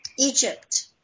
Egypt